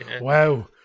wow